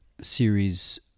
series